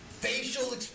Facial